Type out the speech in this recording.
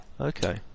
Okay